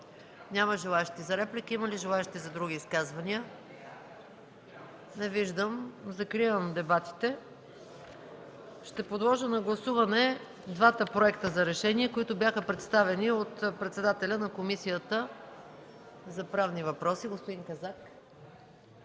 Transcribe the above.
Няма желаещи за реплики. Има ли желаещи за други изказвания? Не виждам. Закривам дебатите. Ще подложа на гласуване двата проекта за решения, които бяха представени от председателя на Комисията по правни въпроси господин Казак.